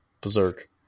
Berserk